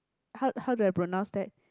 how how do I pronounce that